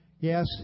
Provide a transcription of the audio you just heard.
Yes